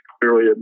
clearly